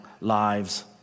lives